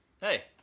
Hey